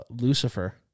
Lucifer